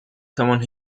someone